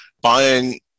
buying